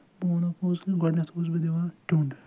بہٕ ونو پوٚز کہِ گۄڈنٮ۪تھ اوس بہٕ دِوان ٹیوٚنٛڈ